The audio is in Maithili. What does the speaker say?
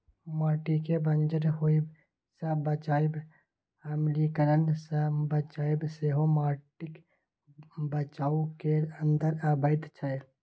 माटिकेँ बंजर होएब सँ बचाएब, अम्लीकरण सँ बचाएब सेहो माटिक बचाउ केर अंदर अबैत छै